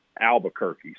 Albuquerque